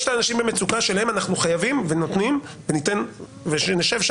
יש את האנשים במצוקה שלהם אנחנו חייבים ונותנים וניתן מענה.